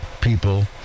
people